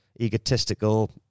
egotistical